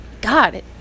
God